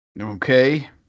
Okay